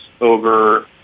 over